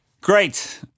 Great